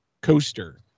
coaster